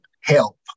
help